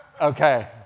Okay